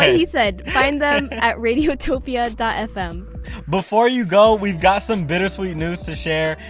he said. find them at radiotopia and fm before you go, we've got some bittersweet news to share.